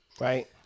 right